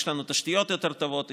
כי יש לנו תשתיות יותר טובות,